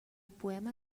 poema